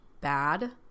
bad